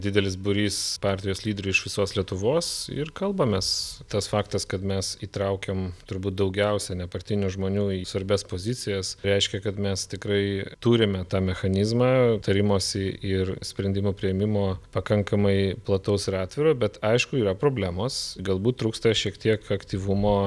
didelis būrys partijos lyderių iš visos lietuvos ir kalbamės tas faktas kad mes įtraukiam turbūt daugiausia nepartinių žmonių į svarbias pozicijas reiškia kad mes tikrai turime tą mechanizmą tarimosi ir sprendimų priėmimo pakankamai plataus ir atviro bet aišku yra problemos galbūt trūksta šiek tiek aktyvumo